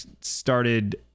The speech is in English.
started